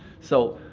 so,